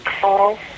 call